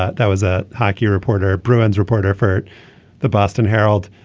ah that was a hockey reporter at bruins reporter for the boston herald.